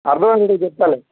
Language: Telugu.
అర్థమయ్యేటట్లు చెప్తా